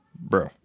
bro